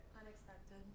Unexpected